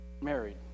married